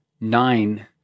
nine